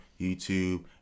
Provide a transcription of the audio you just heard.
YouTube